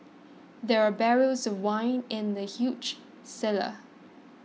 there were barrels of wine in the huge cellar